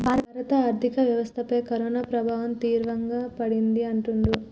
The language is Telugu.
భారత ఆర్థిక వ్యవస్థపై కరోనా ప్రభావం తీవ్రంగా పడింది అంటుండ్రు